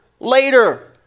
Later